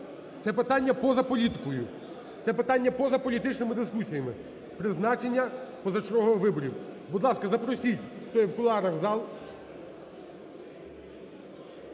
Це питання поза політикою, це питання поза політичними дискусіями – призначення позачергових виборів. Будь ласка, запросіть, хто є в кулуарах, в зал,